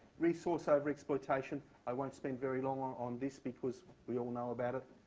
resource overexploitation i won't spend very long on this, because we all know about it.